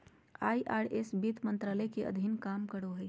IRS वित्त मंत्रालय के अधीन काम करो हय